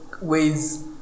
ways